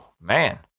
man